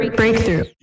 breakthrough